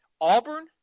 Auburn